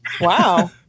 Wow